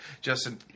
Justin